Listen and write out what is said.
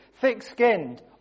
Thick-skinned